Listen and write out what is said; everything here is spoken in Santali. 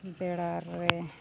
ᱵᱮᱲᱟ ᱨᱮ